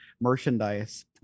merchandise